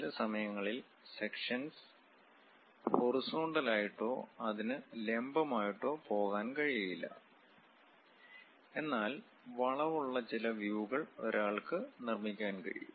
ചില സമയങ്ങളിൽ sections horizontal ആയിട്ടോ അതിന് ലംബം അയിട്ടോ പോകാൻ കഴിയില്ല എന്നാൽ വളവുള്ള ചില വ്യുകൾ ഒരാൾക്ക് നിർമ്മിക്കാൻ കഴിയും